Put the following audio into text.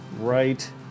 right